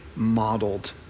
modeled